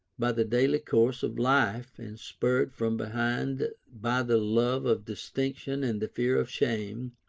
by the daily course of life, and spurred from behind by the love of distinction and the fear of shame,